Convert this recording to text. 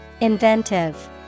Inventive